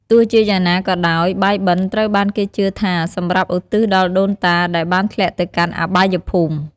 ទោះជាយ៉ាងណាក៏ដោយ បាយបិណ្ឌត្រូវបានគេជឿថាសម្រាប់ឧទ្ទិសដល់ដូនតាដែលបានធ្លាក់ទៅកាន់អបាយភូមិ។